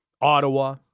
Ottawa